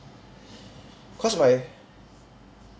cause my